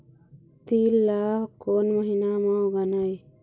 तील ला कोन महीना म उगाना ये?